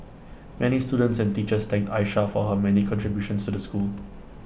many students and teachers thanked Aisha for her many contributions to the school